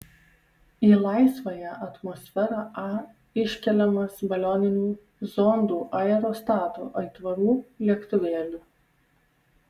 į laisvąją atmosferą a iškeliamas balioninių zondų aerostatų aitvarų lėktuvėlių